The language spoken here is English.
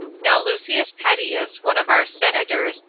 now lucius pettius, one of our senators,